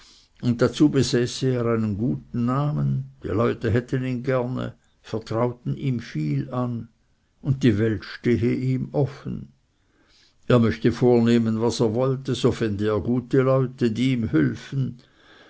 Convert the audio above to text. und dazu besäße er einen guten namen die leute hätten ihn gerne vertrauten ihm viel an und die welt stehe ihm offen er möchte vornehmen was er wollte so fände er gute leute die ihm hülfen